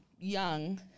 young